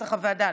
כנוסח הוועדה.